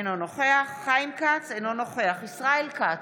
אינו נוכח חיים כץ, אינו נוכח ישראל כץ,